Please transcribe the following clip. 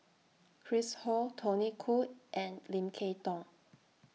Chris Ho Tony Khoo and Lim Kay Tong